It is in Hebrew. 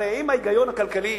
הרי אם ההיגיון הכלכלי